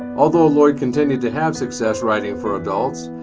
although lloyd continued to have success writing for adults,